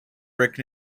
brick